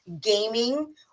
gaming